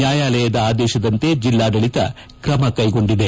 ನ್ಯಾಯಾಲಯದ ಆದೇಶದಂತೆ ಜೆಲ್ಲಾಡಳಿತ ಕ್ರಮ ಕೈಗೊಂಡಿದೆ